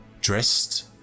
Dressed